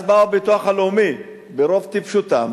אז באים מהביטוח הלאומי ברוב טיפשותם